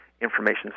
information